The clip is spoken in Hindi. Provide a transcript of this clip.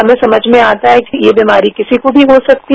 हमें समझ में आता है कि यह बीमारी किसी को भी हो सकती है